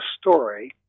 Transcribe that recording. story